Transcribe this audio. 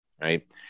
right